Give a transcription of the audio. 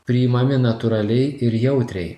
priimami natūraliai ir jautriai